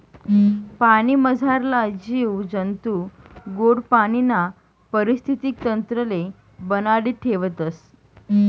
पाणीमझारला जीव जंतू गोड पाणीना परिस्थितीक तंत्रले बनाडी ठेवतस